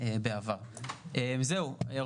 --- על